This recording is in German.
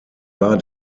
war